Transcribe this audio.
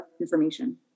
information